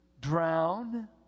drown